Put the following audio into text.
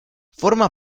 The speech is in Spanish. forma